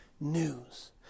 news